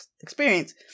experience